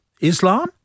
Islam